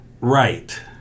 Right